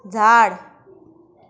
झाड